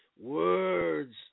words